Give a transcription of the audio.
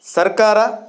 ಸರ್ಕಾರ